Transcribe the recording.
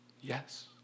Yes